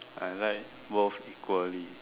I like both equally